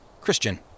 Christian